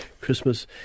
Christmas